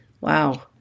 Wow